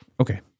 okay